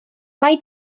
mae